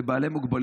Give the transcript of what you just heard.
אלה בעלי מוגבלויות